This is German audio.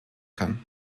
kann